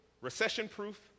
recession-proof